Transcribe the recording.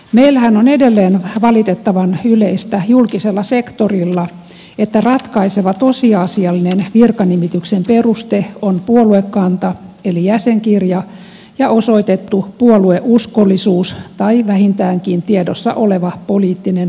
meillähän on edelleen valitettavan yleistä julkisella sektorilla että ratkaiseva tosiasiallinen virkanimityksen peruste on puoluekanta eli jäsenkirja ja osoitettu puolueuskollisuus tai vähintäänkin tiedossa oleva poliittinen samanhenkisyys